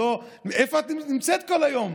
איפה את נמצאת כל היום?